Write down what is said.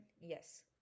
Yes